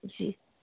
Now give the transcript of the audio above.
जी